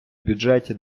бюджеті